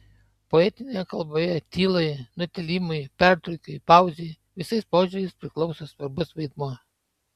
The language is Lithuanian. poetinėje kalboje tylai nutilimui pertrūkiui pauzei visais požiūriais priklauso svarbus vaidmuo